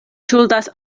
ŝuldas